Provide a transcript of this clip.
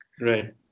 Right